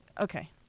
Okay